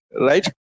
right